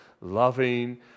loving